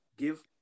Give